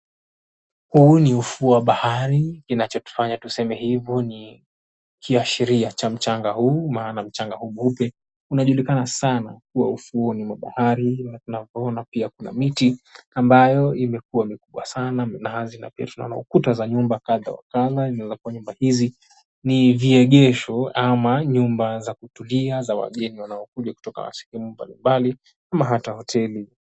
Huu ni ufuo wa bahari. Kinachotufanya tuseme hivo ni kiashiria cha mchanga huu maana mchanga huu mweupe unajulikana sana kuwa ufuo wa bahari maana tunaona kuna miti ambayo imekua mikubwa sana minazi na pia kuna kuta za nyumba kadha wa kadha inaeza kuwa nyumba hizi ni viegesho ama nyumba za kutulia za wageni wanaokuja kutoka sehemu mbalimbali ama hata hoteli.